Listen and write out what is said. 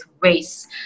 race